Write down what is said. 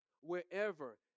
wherever